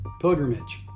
pilgrimage